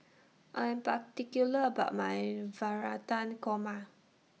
I Am particular about My Navratan Korma